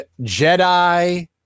Jedi